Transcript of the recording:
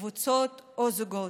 קבוצות או זוגות.